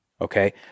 Okay